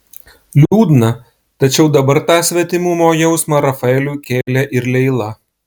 liūdna tačiau dabar tą svetimumo jausmą rafaeliui kėlė ir leila